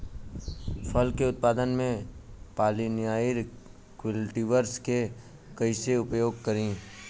फल के उत्पादन मे पॉलिनाइजर कल्टीवर्स के कइसे प्रयोग करी?